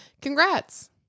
congrats